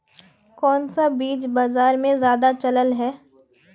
कोन सा बीज बाजार में ज्यादा चलल है?